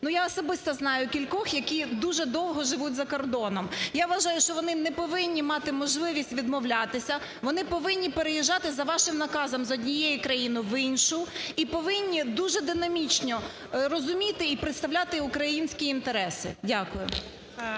я особисто знаю кількох, які дуже довго живуть за кордоном. Я вважаю, що вони не повинні мати можливість відмовлятися, вони повинні приїжджати за вашим наказом з однієї країни в іншу і повинні дуже динамічно розуміти і представляти українські інтереси. Дякую.